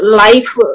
life